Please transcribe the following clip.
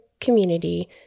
community